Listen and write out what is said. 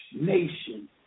nation